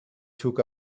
took